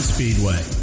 Speedway